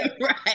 right